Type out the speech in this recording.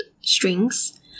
Strings